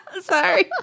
Sorry